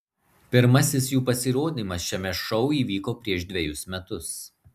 pirmasis jų pasirodymas šiame šou įvyko prieš dvejus metus